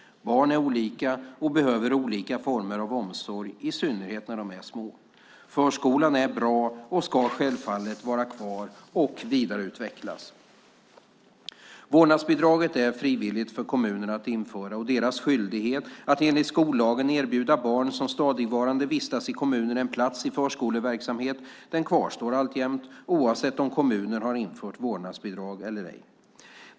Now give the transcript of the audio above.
Barn är olika och behöver olika former av omsorg, i synnerhet när de är små. Förskolan är bra och ska självfallet vara kvar och vidareutvecklas. Vårdnadsbidraget är frivilligt för kommunerna att införa och deras skyldighet att enligt skollagen erbjuda barn som stadigvarande vistas i kommunen en plats i förskoleverksamhet kvarstår alltjämt - oavsett om kommunen har infört vårdnadsbidrag eller ej.